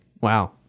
wow